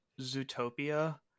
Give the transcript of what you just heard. zootopia